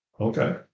okay